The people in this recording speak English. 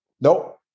Nope